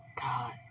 God